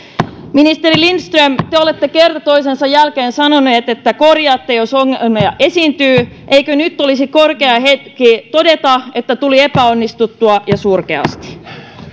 ministeri lindström te olette kerta toisensa jälkeen sanonut että korjaatte jos ongelmia esiintyy eikö nyt olisi korkea hetki todeta että tuli epäonnistuttua ja surkeasti